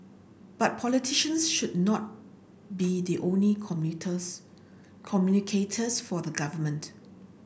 but politicians should not be the only commuters communicators for the government